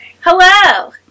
Hello